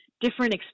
different